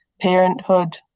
Parenthood